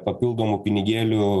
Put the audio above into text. papildomų pinigėlių